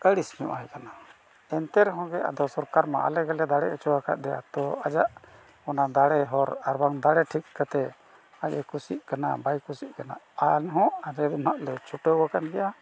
ᱟᱹᱲᱤᱥ ᱧᱚᱜ ᱟᱭ ᱠᱟᱱᱟ ᱮᱱᱛᱮ ᱨᱮᱦᱚᱸ ᱜᱮ ᱟᱫᱚ ᱥᱚᱨᱠᱟᱨ ᱢᱟ ᱟᱞᱮ ᱜᱮᱞᱮ ᱫᱟᱲᱮ ᱦᱚᱪᱚ ᱟᱠᱟᱫᱮᱭᱟ ᱛᱚ ᱟᱡᱟᱜ ᱚᱱᱟ ᱫᱟᱲᱮ ᱦᱚᱨ ᱟᱨ ᱵᱟᱝ ᱫᱟᱲᱮ ᱴᱷᱤᱠ ᱠᱟᱛᱮᱫ ᱟᱡ ᱮ ᱠᱩᱥᱤᱜ ᱠᱟᱱᱟ ᱵᱟᱭ ᱠᱩᱥᱤᱜ ᱠᱟᱱᱟ ᱟᱨᱦᱚᱸ ᱟᱞᱮ ᱫᱚ ᱱᱟᱜ ᱞᱮ ᱪᱷᱩᱴᱟᱹᱣ ᱟᱠᱟᱱ ᱜᱮᱭᱟ